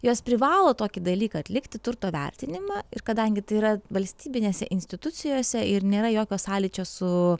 jos privalo tokį dalyką atlikti turto vertinimą ir kadangi tai yra valstybinėse institucijose ir nėra jokio sąlyčio su